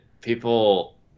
people